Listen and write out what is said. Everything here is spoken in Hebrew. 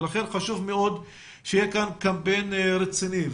לכן חשוב מאוד שיהיה כאן קמפיין רציני.